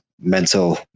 mental